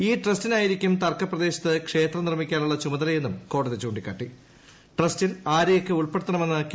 ഈ ട്രസ്റ്റിനായിരിക്കും തർക്കപ്രദേശത്ത് ക്ഷേത്രം നിർമ്മിക്കാനുള്ള ചുമതലയെന്നും കോടതി ട്രസ്റ്റിൽ ആരെയൊക്കെ ഉൾപ്പെടുത്തണമെന്ന് ചൂണ്ടിക്കാട്ടി